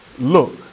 Look